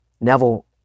Neville